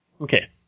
Okay